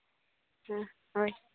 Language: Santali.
ᱦᱮᱸ ᱦᱳᱭ